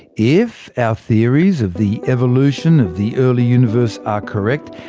if our theories of the evolution of the early universe are correct,